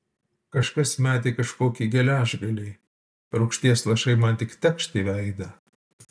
kažkas metė kažkokį geležgalį rūgšties lašai man tik tekšt į veidą